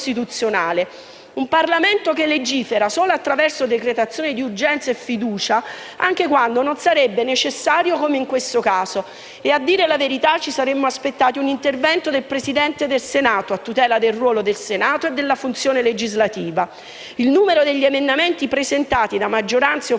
un Parlamento che legifera solo attraverso decretazione di urgenza e fiducia, anche quando non sarebbe necessario, come in questo caso. A dire la verità, ci saremmo aspettati un intervento del Presidente del Senato a tutela del ruolo del Senato e della funzione legislativa. Il numero degli emendamenti presentati da maggioranza e opposizioni